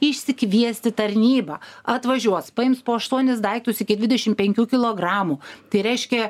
išsikviesti tarnybą atvažiuos paims po aštuonis daiktus iki dvidešim penkių tai reiškia